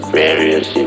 various